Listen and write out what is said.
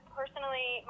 personally